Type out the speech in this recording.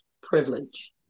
Privilege